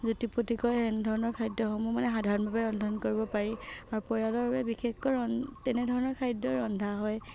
জুতি পুতিকৈ ৰন্ধনৰ খাদ্যসমূহ মানে সাধাৰণভাৱে ৰন্ধন কৰিব পাৰি আৰু পৰিয়ালৰ বাবে বিশেষকৈ তেনে ধৰণৰ খাদ্যয়েই ৰন্ধা হয়